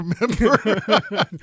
remember